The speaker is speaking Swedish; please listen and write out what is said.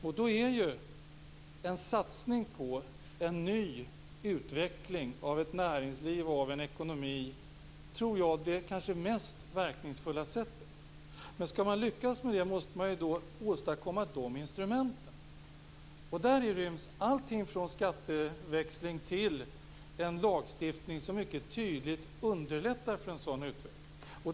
Då är ju, tror jag, en satsning på en ny utveckling av näringsliv och ekonomi det kanske mest verkningsfulla sättet. Men skall man lyckas med det måste man åstadkomma instrumenten. Däri ryms allting från en skatteväxling till en lagstiftning som mycket tydligt underlättar för en sådan utveckling.